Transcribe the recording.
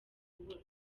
kubura